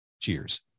cheers